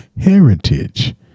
heritage